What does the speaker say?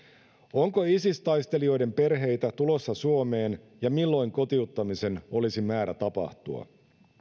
onko isis taistelijoiden perheitä tulossa suomeen ja milloin kotiuttamisen olisi määrä tapahtua